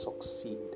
succeed